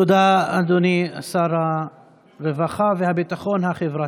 תודה, אדוני שר הרווחה והביטחון החברתי.